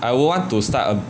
I would want to start a